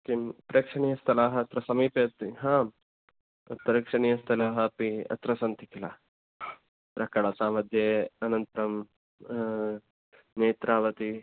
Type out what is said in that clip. किं प्रेक्षणीयस्थलानि अत्र समीपे अस्ति हा तत् प्रेक्षणीयस्थलानि अपि अत्र सन्ति किल र कळसमध्ये अनन्तरं नेत्रावती